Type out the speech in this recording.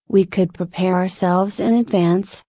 we could prepare ourselves in advance,